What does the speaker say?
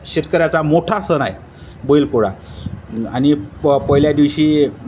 शेतकऱ्याचा मोठा सण आहे बैलपोळा आणि प पहिल्या दिवशी